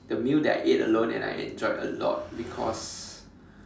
the meal that I ate alone and I enjoyed a lot because